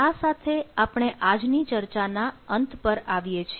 આ સાથે આપણે આજની ચર્ચાના અંતે પર આવીએ છીએ